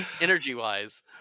energy-wise